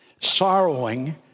sorrowing